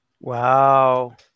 Wow